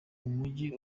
umujyi